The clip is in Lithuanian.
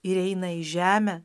ir eina į žemę